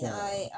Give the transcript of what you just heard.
ya